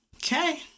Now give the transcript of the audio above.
Okay